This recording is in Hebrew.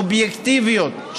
אובייקטיביות.